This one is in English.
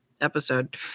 episode